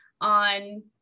on